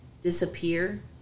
disappear